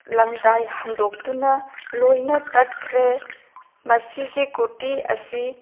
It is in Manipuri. ꯂꯪꯗꯥꯏ ꯍꯟꯗꯣꯛꯇꯨꯅ ꯂꯣꯏꯅ ꯇꯠꯈ꯭ꯔꯦ ꯃꯁꯤꯒꯤ ꯀꯨꯔꯇꯤ ꯑꯁꯤ